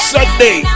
Sunday